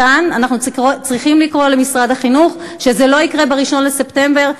מכאן אנחנו צריכים לקרוא למשרד החינוך שזה לא יקרה ב-1 בספטמבר,